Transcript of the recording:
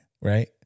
Right